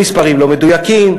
במספרים לא מדויקים.